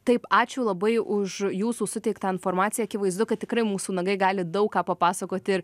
taip ačiū labai už jūsų suteiktą informaciją akivaizdu kad tikrai mūsų nagai gali daug ką papasakot ir